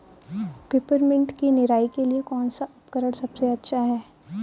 Peppermint की निराई के लिए कौन सा उपकरण सबसे अच्छा है?